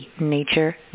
nature